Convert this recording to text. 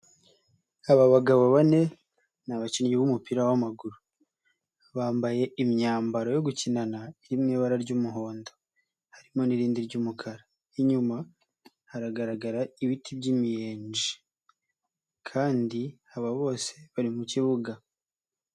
Aba bagabo bane, ni abakinnyi b'umupira w'amaguru. Bambaye imyambaro yo gukinana iri mu ibara ry'umuhondo, harimo n'irindi ry'umukara. inyuma haragaragara ibiti by'imiyenji kandi aba bose bari mu kibuga.